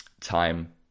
time